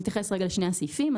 אני אתייחס לשני הסעיפים.